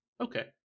okay